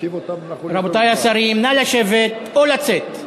תושיב אותם, רבותי השרים, נא לשבת או לצאת.